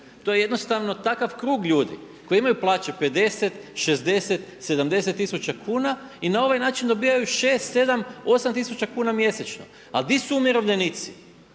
To je jednostavno takav krug ljudi koji imaju plaće 50, 60, 70 tisuća kuna i na ovaj način dobivaju 6, 7, 8 tisuća kuna mjesečno. Ali di su umirovljenici?